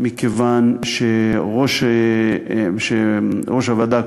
מכיוון שראש הוועדה הקרואה,